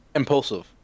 impulsive